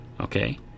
Okay